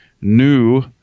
new